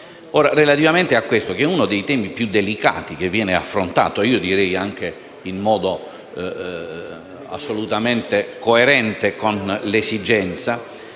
Relativamente a questo, che è uno dei temi più delicati affrontato, anche in modo assolutamente coerente con l'esigenza,